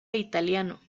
italiano